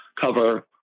cover